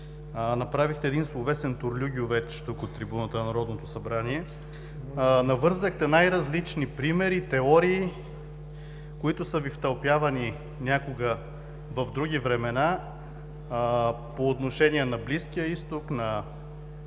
направихте един словесен тюрлю гювеч тук, от трибуната на Народното събрание. Навързахте най-различни примери, теории, които са Ви втълпявани някога, в други времена по отношение на Близкия изток, на исляма